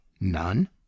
None